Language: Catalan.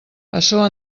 açò